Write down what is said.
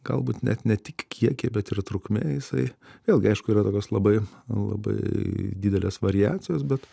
galbūt net ne tik kiekį bet ir trukme jisai vėlgi aišku yra tokios labai labai didelės variacijos bet